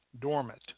dormant